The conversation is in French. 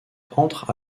entre